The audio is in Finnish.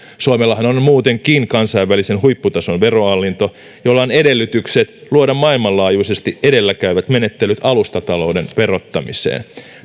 suomellahan on muutenkin kansainvälisen huipputason verohallinto jolla on edellytykset luoda maailmanlaajuisesti edelläkäyvät menettelyt alustatalouden verottamiseen